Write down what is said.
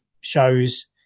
shows